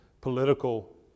political